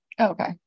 okay